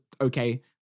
okay